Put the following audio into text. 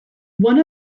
one